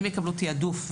הם יקבלו תעדוף.